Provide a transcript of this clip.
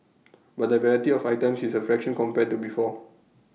but the variety of items is A fraction compared to before